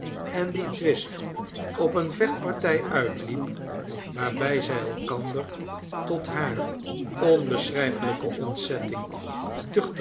en die twist op eene vechtpartij uitliep waarbij zij elkander tot hare onbeschrijfelijke ontzetting